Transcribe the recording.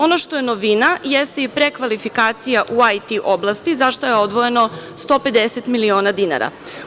Ono što je novina jeste i prekvalifikacija u IT oblasti za šta je odvojeno 150 miliona dinara.